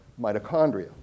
mitochondria